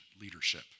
leadership